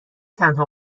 تنها